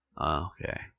Okay